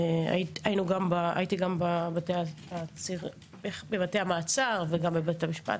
הייתי גם בבתי המעצר וגם בבית המשפט,